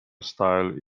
style